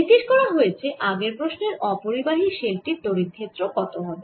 জিজ্ঞেস করা হয়েছে আগের প্রশ্নের অপরিবাহী শেল টির তড়িৎ ক্ষেত্র কত হবে